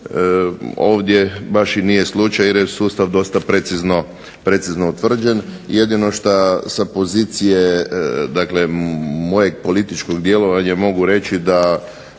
ovdje baš i nije slučaj jer je sustav dosta precizno utvrđen. Jedino što sa pozicije, dakle mojeg političkog djelovanja, mogu reći da